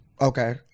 Okay